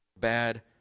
bad